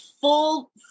full